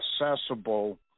accessible